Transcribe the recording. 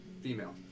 female